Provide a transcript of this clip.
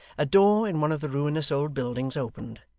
a door in one of the ruinous old buildings opened,